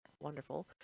wonderful